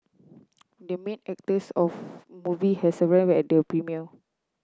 the main actors of movie has arrived at the premiere